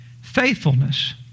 Faithfulness